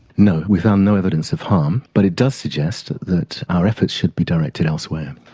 no, we found no evidence of harm but it does suggest that our efforts should be directed elsewhere.